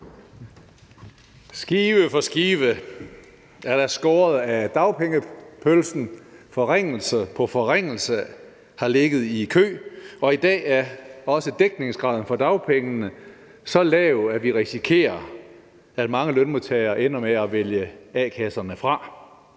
Skive for skive er der skåret af dagpengepølsen, forringelse på forringelse har ligget i kø, og i dag er også dækningsgraden for dagpengene så lav, at vi risikerer, at mange lønmodtagere ender med at vælge a-kasserne fra.